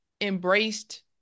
embraced